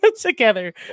together